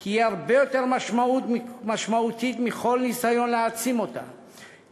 כי היא הרבה יותר משמעותית מכל ניסיון להעצים אותה,